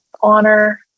Honor